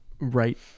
Right